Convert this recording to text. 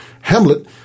Hamlet